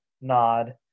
nod